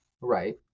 right